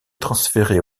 transférées